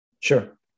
Sure